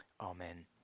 Amen